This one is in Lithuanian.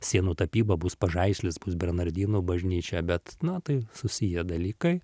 sienų tapyba bus pažaislis bus bernardinų bažnyčia bet na tai susiję dalykai